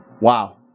Wow